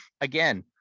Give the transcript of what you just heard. again